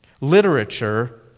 Literature